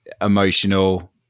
emotional